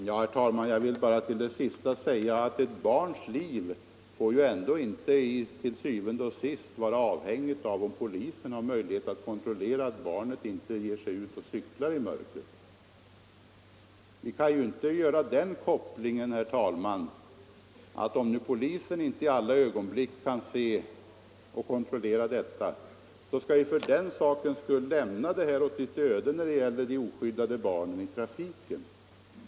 Herr talman! Jag vill bara till det senaste säga att ett barns liv til syvende og sidst inte får vara avhängigt av om polisen har möjlighet att kontrollera att barn inte cyklar utan lykta i mörkret. Vi kan inte säga att om polisen inte i varje ögonblick kan kontrollera detta skall vi lämna de oskyddade barnen åt deras öde.